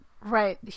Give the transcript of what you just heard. Right